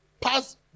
pass